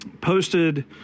posted